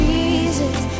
Jesus